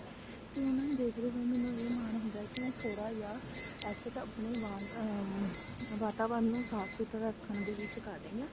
ਅਤੇ ਉਹਨਾਂ ਨੂੰ ਦੇਖਦੇ ਹੋਏ ਮੈਨੂੰ ਇਹ ਮਾਣ ਹੁੰਦਾ ਕਿ ਮੈਂ ਥੋੜ੍ਹਾ ਜਿਹਾ ਐਫਟ ਆਪਣੇ ਵਾ ਵਾਤਾਵਰਨ ਨੂੰ ਸਾਫ ਸੁਥਰਾ ਰੱਖਣ ਦੇ ਵਿੱਚ ਕਰ ਰਹੀ ਹਾਂ